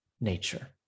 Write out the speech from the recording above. nature